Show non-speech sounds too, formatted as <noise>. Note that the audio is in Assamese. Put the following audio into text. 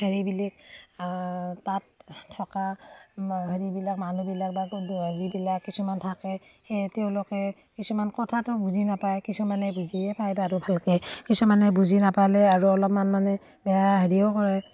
হেৰিবিলাক তাত থকা হেৰিবিলাক মানুহবিলাক বা <unintelligible> যিবিলাক কিছুমান থাকে সেই তেওঁলোকে কিছুমান কথাটো বুজি নাপায় কিছুমানে বুজিয়ে পায় বাৰু ভালকৈ কিছুমানে বুজি নাপালে আৰু অলপমান মানে বেয়া হেৰিও কৰে